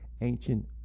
ancient